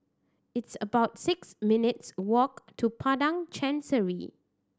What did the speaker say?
it's about six minutes' walk to Padang Chancery